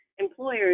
Employers